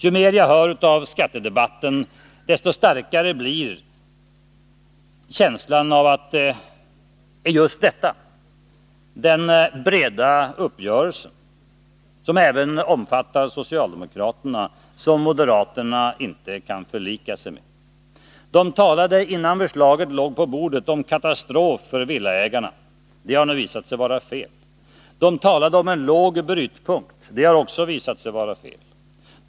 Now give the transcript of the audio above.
Ju mer jag hör av skattedebatten, desto starkare blir känslan av att det är just detta, att vi fått en bred uppgörelse som omfattar även socialdemokraterna, som moderaterna inte kan förlika sig med. Det talades innan förslaget låg på bordet om katastrof för villaägarna. Det har nu visat sig vara fel. Det talades om en låg brytpunkt. Det har också visat sig vara fel.